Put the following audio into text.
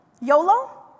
YOLO